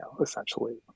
essentially